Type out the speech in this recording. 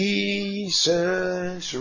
Jesus